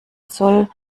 zoll